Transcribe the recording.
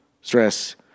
stress